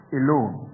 alone